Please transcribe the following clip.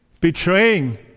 Betraying